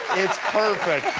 it's perfect.